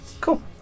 cool